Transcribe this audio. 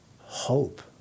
hope